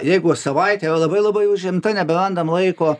jeigu savaitė yra labai labai užimta neberandam laiko